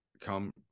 come